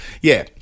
yeah-